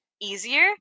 easier